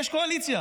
יש קואליציה,